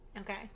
Okay